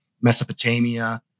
Mesopotamia